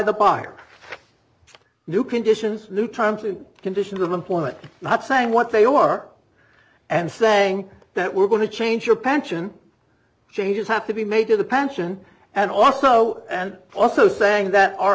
the buyer new conditions new terms and conditions of employment not saying what they are and saying that we're going to change your pension changes have to be made to the pension and also and also saying that our